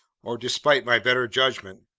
or, despite my better judgment,